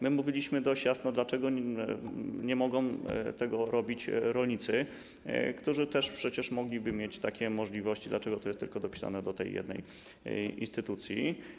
My mówiliśmy dość jasno, pytaliśmy, dlaczego nie mogą tego robić rolnicy, którzy też przecież mogliby mieć takie możliwości, dlaczego to jest przypisane tylko do tej jednej instytucji.